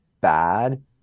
bad